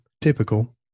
typical